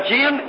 Jim